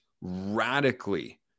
radically